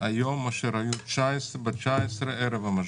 היום מאשר היו ב-2019 ערב המשבר.